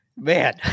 Man